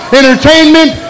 entertainment